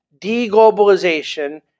deglobalization